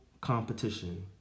competition